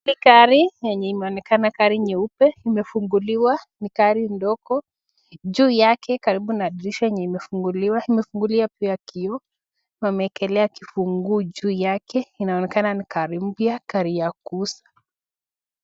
Gari yenye imeonekana gari nyeupe imefunguliwa ni gari ndogo. Juu yake karibu na dirisha yenye imefunguliwa, imefunguliwa pia kioo, wameekelea kifungu juu yake inaonekana ni gari mpya gari ya kuuza.